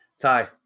Ty